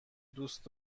دوست